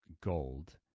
gold